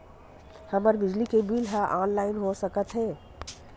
हमर बिजली के बिल ह ऑनलाइन हो सकत हे?